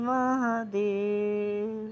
Mahadev